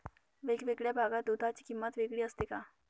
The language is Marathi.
वेगवेगळ्या भागात दूधाची किंमत वेगळी असते का?